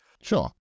Sure